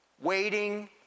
Waiting